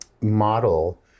model